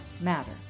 matter